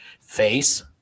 face